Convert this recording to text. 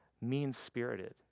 mean-spirited